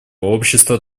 общество